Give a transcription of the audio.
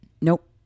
Nope